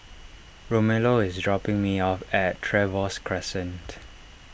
Romello is dropping me off at Trevose Crescent